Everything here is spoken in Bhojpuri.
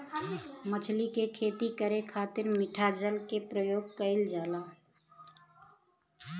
मछली के खेती करे खातिर मिठा जल के प्रयोग कईल जाला